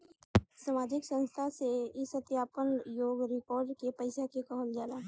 सामाजिक संस्था से ई सत्यापन योग्य रिकॉर्ड के पैसा कहल जाला